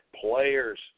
players